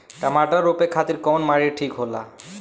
टमाटर रोपे खातीर कउन माटी ठीक होला?